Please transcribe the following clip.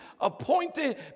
appointed